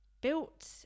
built